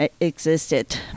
existed